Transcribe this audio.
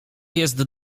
jest